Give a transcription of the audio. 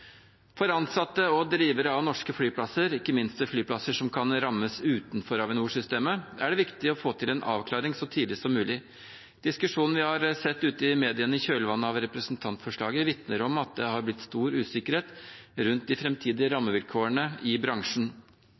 For ansatte og drivere av norske flyplasser, ikke minst ved flyplasser som kan rammes utenfor Avinor-systemet, er det viktig å få til en avklaring så tidlig som mulig. Diskusjonen vi har sett i mediene i kjølvannet av representantforslaget, vitner om at det har blitt stor usikkerhet rundt de framtidige rammevilkårene i bransjen.